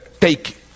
take